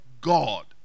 God